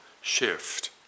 shift